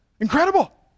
Incredible